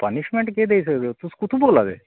punishment केह् देई सकदे तुस कुत्थुआं बोल्ला दे